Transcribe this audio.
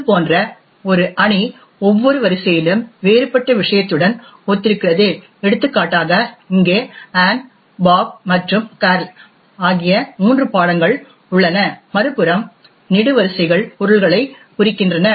இது போன்ற ஒரு அணி ஒவ்வொரு வரிசையிலும் வேறுபட்ட விஷயத்துடன் ஒத்திருக்கிறது எடுத்துக்காட்டாக இங்கே ஆன் பாப் மற்றும் கார்ல் ஆகிய மூன்று பாடங்கள் உள்ளன மறுபுறம் நெடுவரிசைகள் பொருள்களைக் குறிக்கின்றன